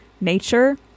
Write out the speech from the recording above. nature